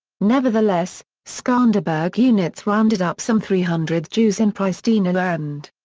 nevertheless, skanderberg units rounded up some three hundred jews in pristina and.